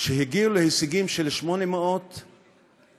שהגיעו להישגים של 800 בפסיכומטרי.